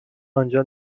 آنجا